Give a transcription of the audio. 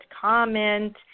comment